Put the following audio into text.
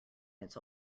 its